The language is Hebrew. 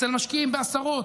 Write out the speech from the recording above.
אצל משקיעים בעשרות,